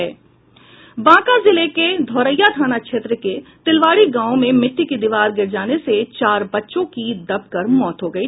बांका जिले के धोरैया थाना क्षेत्र के तिलवारी गांव में मिट्टी की दीवार गिर जाने से चार बच्चों की दब कर मौत हो गयी